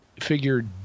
figure